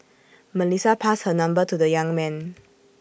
Melissa passed her number to the young man